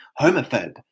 homophobe